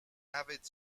avid